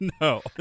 No